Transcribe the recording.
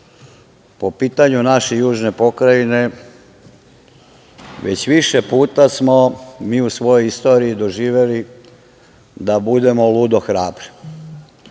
po pitanju naše južne pokrajine, već više puta smo mi u svojoj istoriji doživeli da budemo ludo hrabri.